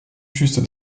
juste